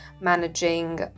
managing